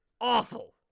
awful